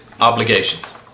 obligations